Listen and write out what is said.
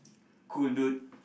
cool dude